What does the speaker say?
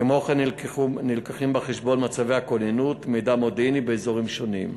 כמו כן מובאים בחשבון מצבי הכוננות ומידע מודיעיני באזורים שונים.